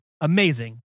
Amazing